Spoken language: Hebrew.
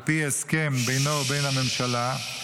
על פי הסכם בינו ובין הממשלה,